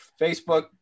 Facebook